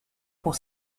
pour